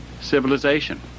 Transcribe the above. civilization